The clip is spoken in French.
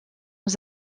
aux